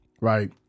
right